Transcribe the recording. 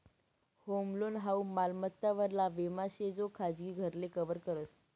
home loan हाऊ मालमत्ता वरला विमा शे जो खाजगी घरले कव्हर करस